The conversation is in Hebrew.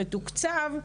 בעצם,